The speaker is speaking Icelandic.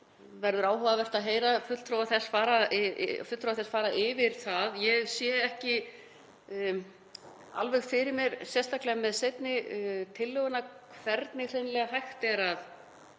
verður áhugavert að heyra fulltrúa þess fara yfir það. Ég sé ekki alveg fyrir mér, sérstaklega með seinni tillöguna, hvernig hreinlega hægt er að